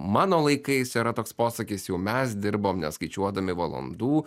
mano laikais yra toks posakis jau mes dirbom neskaičiuodami valandų